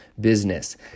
business